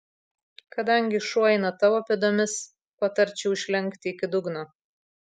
kadangi šuo eina tavo pėdomis patarčiau išlenkti iki dugno